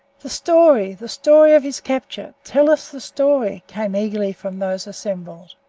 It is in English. the story! the story of his capture! tell us the story, came eagerly from those assembled.